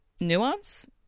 nuance